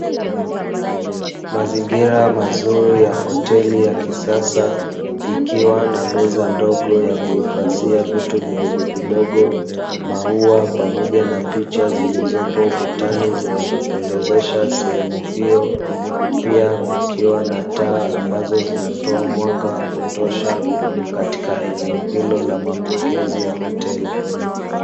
Mazingira mazuri ya hoteli ya kisasa ikiwa na meza ndogo ya kuhifadhia vitu vidogo vidogo, maua pamoja na picha zilizopo ukutani zinazopendeza, sehemu hiyo pia kukiwa na taa ambazo zinatoa mwanga wa kutosha katika eneo hilo la mapokezi ya hoteli.